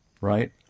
right